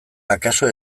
akaso